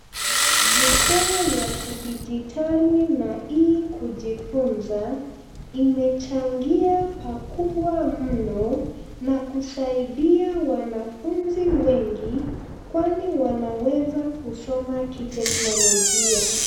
Jukwaa ya kidijitali na e-kujifunza imechangia pakubwa mno na kusaidia wanafunzi wengi kwani wanaweza kusoma kiteknolojia.